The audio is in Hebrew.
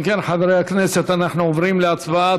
אם כן, חברי הכנסת, אנחנו עוברים להצבעה.